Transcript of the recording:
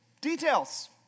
details